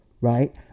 right